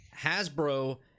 Hasbro